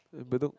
Bedok